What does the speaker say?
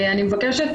אני מבקשת,